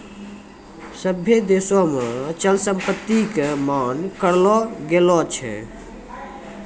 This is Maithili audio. सभ्भे देशो मे अचल संपत्ति के मान्य करलो गेलो छै